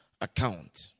account